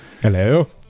hello